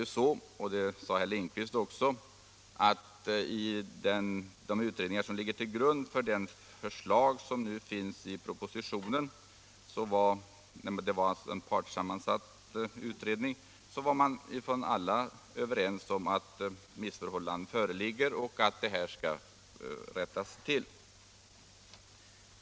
Det är tvärtom, som herr Lindkvist också sade: i den utredning som gav grunden för det förslag som nu finns i propositionen — det var alltså en partssammansatt utredning — var man helt överens om att missförhållanden föreligger och skall rättas till.